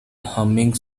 humming